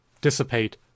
dissipate